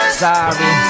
sorry